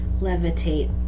levitate